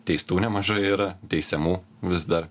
teistų nemažai yra teisiamų vis dar